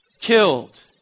Killed